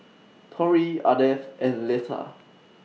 Torry Ardeth and Letha